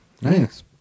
nice